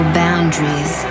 boundaries